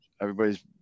Everybody's